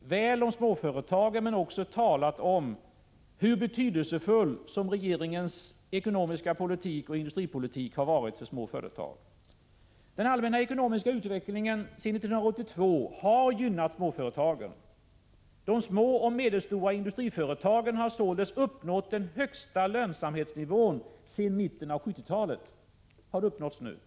väl om småföretagen, men jag har också talat om hur betydelsefull regeringens ekonomiska politik och industripolitik har varit för små företag. Den allmänna ekonomiska utvecklingen sedan 1982 har gynnat småföretagen. De små och medelstora industriföretagen har sålunda uppnått den högsta lönsamhetsnivån sedan mitten av 1970-talet.